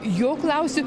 jo klausiu